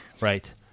right